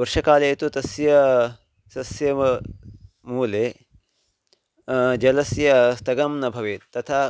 वर्षाकाले तु तस्या सस्यव मूले जलस्य स्थगनं न भवेत् तथा